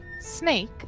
Snake